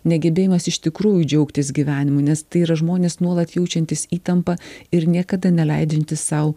negebėjimas iš tikrųjų džiaugtis gyvenimu nes tai yra žmonės nuolat jaučiantys įtampą ir niekada neleidžiantys sau